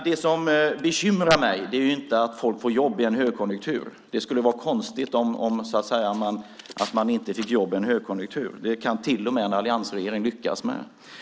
Det som bekymrar mig är inte att folk får jobb i en högkonjunktur. Det skulle vara konstigt att man inte fick jobb i en högkonjunktur. Det kan till och med en alliansregering lyckas med.